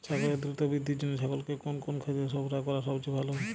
ছাগলের দ্রুত বৃদ্ধির জন্য ছাগলকে কোন কোন খাদ্য সরবরাহ করা সবচেয়ে ভালো?